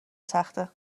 سخته